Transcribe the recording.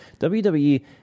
WWE